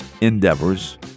endeavors